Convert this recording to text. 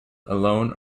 alone